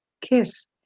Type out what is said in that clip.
kiss